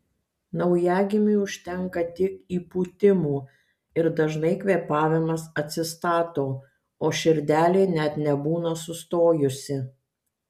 naujagimiui užtenka tik įpūtimų ir dažnai kvėpavimas atsistato o širdelė net nebūna sustojusi